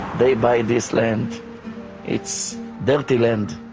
they buy this land it's filthy land.